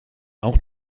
auch